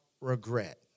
regret